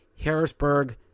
Harrisburg